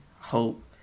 hope